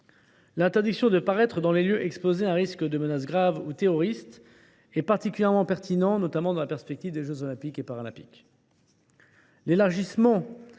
L’interdiction de paraître dans les lieux exposés à un risque de menace grave ou terroriste est particulièrement pertinente, notamment dans la perspective des jeux Olympiques et Paralympiques.